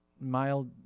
mild